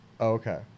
Okay